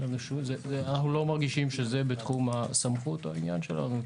אנחנו לא מרגישים שזה בתחום הסמכות או העניין שלנו.